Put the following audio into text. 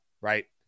right